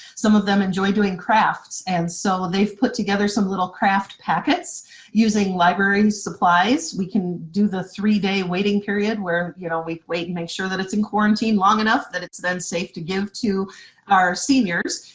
some of them enjoy doing crafts and so they've put together some little craft packets using library supplies. we can do the three-day waiting period where you know we wait and make sure that it's in quarantine long enough that it's then safe to give to our seniors.